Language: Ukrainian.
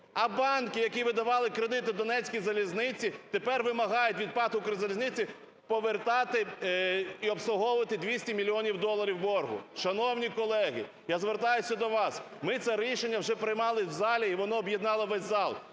А банки, які видавали кредити "Донецькій залізниці", тепер вимагають від ПАТ "Укрзалізниці" повертати і обслуговувати 200 мільйонів доларів боргу. Шановні колеги, я звертаюся до вас. Ми це рішення вже приймали в залі, і воно об'єднало весь зал.